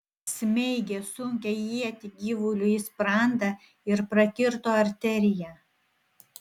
smeigė sunkią ietį gyvuliui į sprandą ir prakirto arteriją